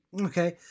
Okay